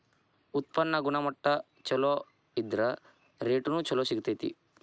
ಉತ್ಪನ್ನ ಗುಣಮಟ್ಟಾ ಚುಲೊ ಇದ್ರ ರೇಟುನು ಚುಲೊ ಸಿಗ್ತತಿ